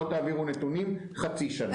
לא תעבירו נתונים חצי שנה.